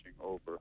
over